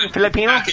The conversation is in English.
Filipino